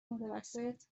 متوسط